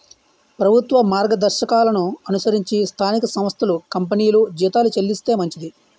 ప్రభుత్వ మార్గదర్శకాలను అనుసరించి స్థానిక సంస్థలు కంపెనీలు జీతాలు చెల్లిస్తే మంచిది